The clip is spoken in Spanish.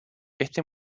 este